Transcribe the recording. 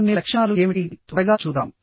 కొన్ని లక్షణాలు ఏమిటి త్వరగా చూద్దాం